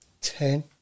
ten